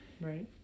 right